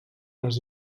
les